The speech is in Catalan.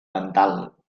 mental